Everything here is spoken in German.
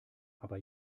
aber